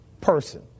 person